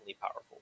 powerful